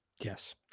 Yes